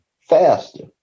faster